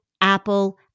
Apple